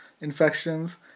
infections